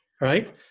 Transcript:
right